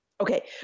Okay